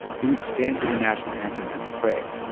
he would stand for the national anthem and pray.